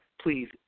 Please